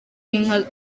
inka